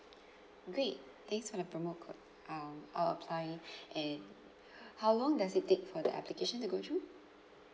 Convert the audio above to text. great thanks for the promo code um I'll apply and how long does it take for the application to go through